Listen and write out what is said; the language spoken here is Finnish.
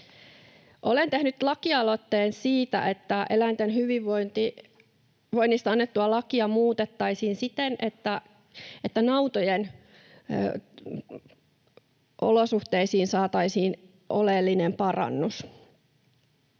Olen tehnyt lakialoitteen siitä, että eläinten hyvinvoinnista annettua lakia muutettaisiin siten, että nautojen olosuhteisiin saataisiin oleellinen parannus.